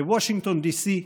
בוושינגטון DC,